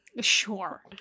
Sure